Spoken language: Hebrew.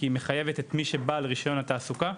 כי הוא מחייב את מי שבעל רישיון התעסוקה,